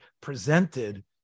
presented